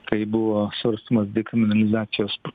kaip buvo svarstomas dekriminalizacijos